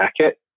jacket